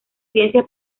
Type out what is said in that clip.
ciencia